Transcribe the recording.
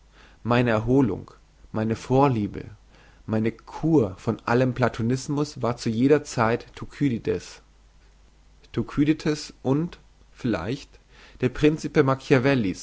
meine erholung meine vorliebe meine kur von allem platonismus war zu jeder zeit thukydides thukydides und vielleicht der